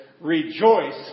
rejoice